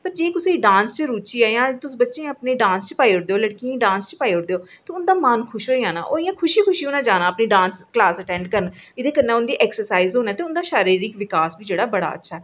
च रुचि ऐ जां तुस बच्चें गी डांस च पाई ओड़दे लड़कियें गी डांस च पाई ओड़दे ते उं'दा मन खुश होई जाना उ'नें खुशी खुशी जाना अपनी डांस ते एह्दे कन्नै उंदी शारीरिक विकास होना जेह्ड़ा बड़ा अच्छा ऐ